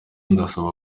ndabasaba